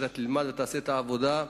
שתלמד ותעשה את העבודה.